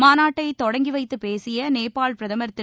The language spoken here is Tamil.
மாநாட்டை தொடங்கி வைத்துப் பேசிய நேபாள பிரதமர் திரு